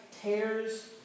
tears